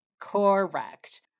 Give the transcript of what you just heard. Correct